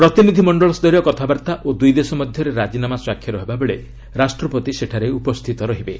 ପ୍ରତିନିଧିମଣ୍ଡଳ ସ୍ତରୀୟ କଥାବାର୍ତ୍ତା ଓ ଦୁଇ ଦେଶ ମଧ୍ୟରେ ରାଜିନାମା ସ୍ୱାକ୍ଷର ହେବାବେଳେ ରାଷ୍ଟ୍ରପତି ଉପସ୍ଥିତ ରହିବେ